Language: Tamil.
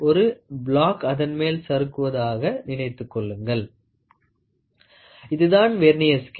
ஒரு பிளாக் அதன்மேல் சறுக்குவதாக நினைத்துக் கொள்ளுங்கள் இதான் வெர்னியர் ஸ்கேல்